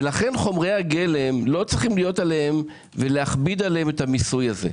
ולכן חומרי הגלם לא צריכים להכביד עליהם את המיסוי הזה.